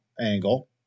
angle